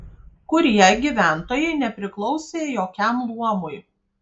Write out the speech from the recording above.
kurie gyventojai nepriklausė jokiam luomui